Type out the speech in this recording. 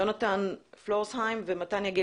יונתן פלורסהיים ומתן יגל.